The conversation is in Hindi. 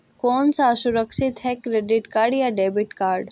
कौन सा सुरक्षित है क्रेडिट या डेबिट कार्ड?